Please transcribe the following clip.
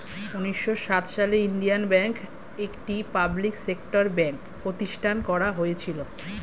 উন্নিশো সাত সালে ইন্ডিয়ান ব্যাঙ্ক, একটি পাবলিক সেক্টর ব্যাঙ্ক প্রতিষ্ঠান করা হয়েছিল